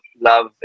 love